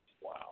Wow